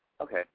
Okay